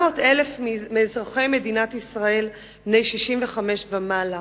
700,000 מאזרחי מדינת ישראל בני 65 מעלה.